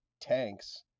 tanks